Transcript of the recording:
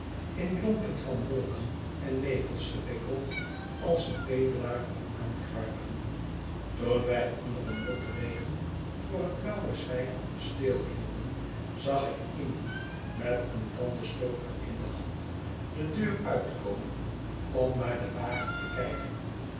in lompen van wolken en nevels gewikkeld als een bedelaar kwam aankruipen toen wij onder een motregen voor het blauwe zwijn stilhielden zag ik iemand meteentandenstoker in de hand de deur uitkomen om naar den wagen te kijken